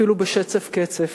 אפילו בשצף-קצף.